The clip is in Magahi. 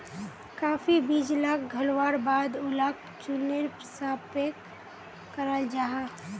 काफी बीज लाक घोल्वार बाद उलाक चुर्नेर सा पैक कराल जाहा